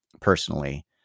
personally